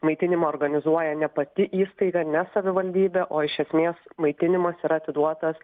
maitinimą organizuoja ne pati įstaiga ne savivaldybė o iš esmės maitinimas yra atiduotas